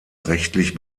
rechtlich